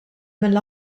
mill